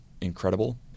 incredible